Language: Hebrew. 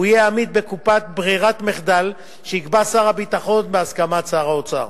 הוא יהיה עמית בקופת ברירת מחדל שיקבע שר הביטחון בהסכמת שר האוצר.